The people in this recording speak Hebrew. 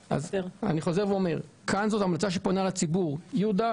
אני חוזר ואומר שכאן זאת המלצה שפונה לציבור שיכין